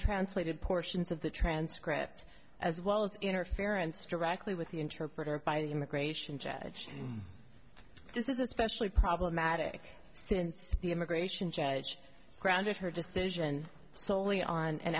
translated portions of the transcript as well as interference directly with the interpreter by the immigration judge this is especially problematic since the immigration judge grounded her decision solely on an